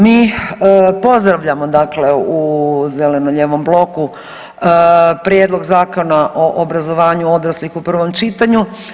Mi pozdravljamo dakle u Zeleno-lijevom bloku prijedlog zakona o obrazovanju odraslih u prvom čitanju.